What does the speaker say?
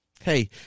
Hey